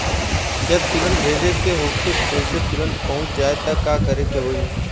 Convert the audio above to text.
जदि तुरन्त भेजे के होखे जैसे तुरंत पहुँच जाए त का करे के होई?